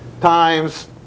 times